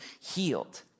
healed